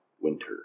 Winter